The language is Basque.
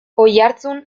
oiartzun